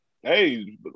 hey